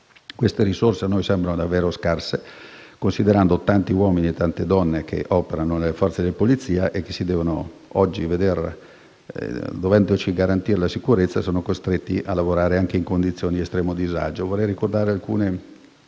Queste risorse a noi sembrano davvero scarse, considerando i tanti uomini e le tante donne che operano nelle forze di polizia e che, dovendoci garantire la sicurezza, oggi sono costretti a lavorare in condizioni di estremo disagio. Vorrei ricordare alcune